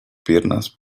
piernas